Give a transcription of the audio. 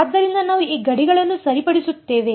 ಆದ್ದರಿಂದ ನಾವು ಈ ಗಡಿಗಳನ್ನು ಸರಿಪಡಿಸುತ್ತೇವೆ